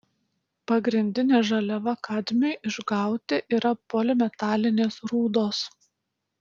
pagrindinė žaliava kadmiui išgauti yra polimetalinės rūdos